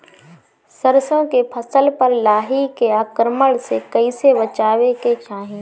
सरसो के फसल पर लाही के आक्रमण से कईसे बचावे के चाही?